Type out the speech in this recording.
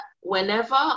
whenever